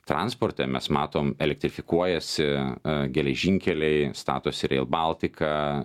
transporte mes matom elektrifikuojasi geležinkeliai statosi rail baltica